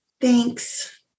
Thanks